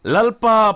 Lalpa